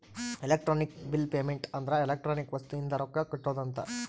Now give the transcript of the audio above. electronic bill payment ಅಂದ್ರ electronic ವಸ್ತು ಇಂದ ರೊಕ್ಕ ಕಟ್ಟೋದ ಅಂತ